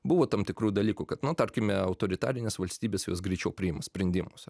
buvo tam tikrų dalykų kad nu tarkime autoritarinės valstybės jos greičiau priimti sprendimus